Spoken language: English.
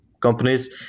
companies